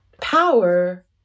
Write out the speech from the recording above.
power